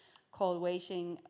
call waiting,